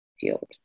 field